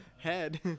Head